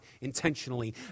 intentionally